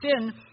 sin